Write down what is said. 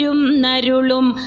narulum